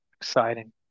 exciting